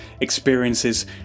experiences